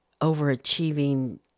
overachieving